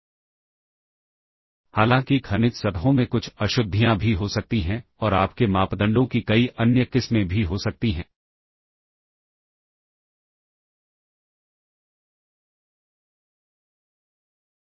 अब पॉप करते समय स्वाभाविक रूप से जब आप ऐसा वापस कर रहे हों तो यह वांछनीय है कि जब आप स्टैक वापस कर रहे हों तो स्टैक से सब कुछ मिटा दिया गया हो और स्टैक को यह PCL और PC 2 सबसे शीर्ष प्रविष्टियाँ हो